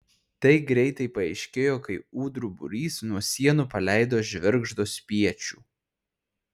tai greitai paaiškėjo kai ūdrų būrys nuo sienų paleido žvirgždo spiečių